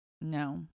No